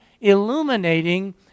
illuminating